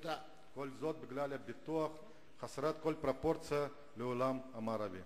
הביטוח החסרות כל פרופורציה לעולם המערבי."